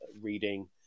reading